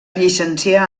llicencià